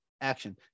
action